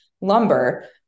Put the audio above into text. lumber